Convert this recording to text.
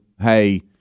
hey